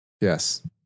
Yes